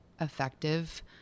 effective